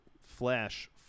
flash